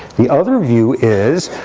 the other view is,